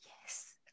Yes